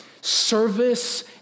service